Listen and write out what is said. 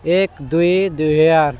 ଏକ ଦୁଇ ଦୁଇ ହଜାର